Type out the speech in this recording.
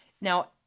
Now